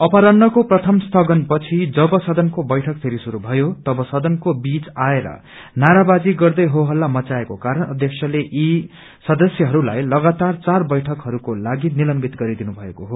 अपराहन्नको प्रथम स्थागन पछि जब सदनको बैठक फेरि शुरू भयो तब सदनको बीच आएर नाराबाजी गर्दै हो हल्ला मच्चाएको कारण अध्यक्षाले यी सदस्यहरूलाई लगातार बैठककोलागि निलम्बित गरिदिनु भएको हो